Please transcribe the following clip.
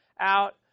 out